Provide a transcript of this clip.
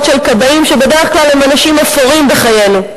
של כבאים שבדרך כלל הם אנשים אפורים בחיינו.